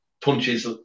punches